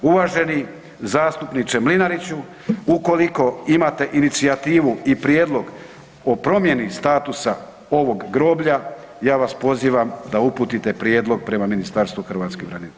Uvaženi zastupniče Mlinariću, ukoliko imate inicijativu i prijedlog o promjeni statusa ovog groblja ja vas pozivam da uputite prijedlog prema Ministarstvu hrvatskih branitelja.